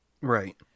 Right